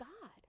God